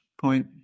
point